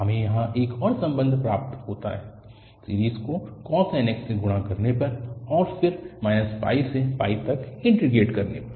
हमें यहाँ एक और संबंध प्राप्त होता है सीरीज़ को cos nx से गुणा करने पर और फिर -π से तक इन्टीग्रेट करने पर